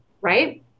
right